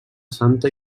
santa